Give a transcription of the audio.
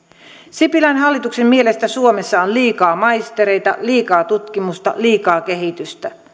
sipilän hallituksen mielestä suomessa on liikaa maistereita liikaa tutkimusta liikaa kehitystä